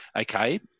okay